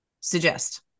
suggest